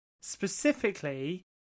specifically